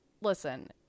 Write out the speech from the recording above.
listen